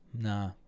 nah